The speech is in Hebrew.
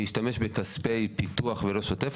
להשתמש בכספי פיתוח ולא שוטף,